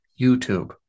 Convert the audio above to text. YouTube